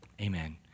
Amen